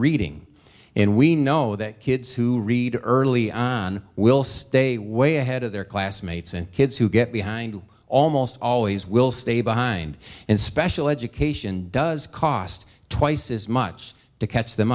reading and we know that kids who read early on will stay way ahead of their classmates and kids who get behind almost always will stay behind in special educator nation does cost twice as much to catch them